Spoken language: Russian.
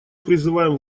призываем